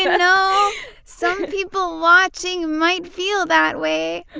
you know some people watching might feel that way.